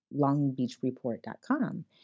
longbeachreport.com